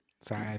Sorry